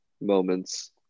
moments